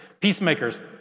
Peacemakers